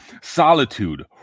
solitude